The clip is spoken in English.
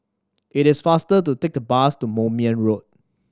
it is faster to take the bus to Moulmein Road